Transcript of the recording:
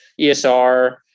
ESR